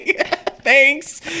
Thanks